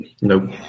Nope